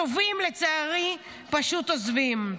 הטובים, לצערי, פשוט עוזבים.